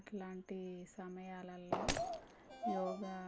అట్లాంటి సమయాలల్లో యోగా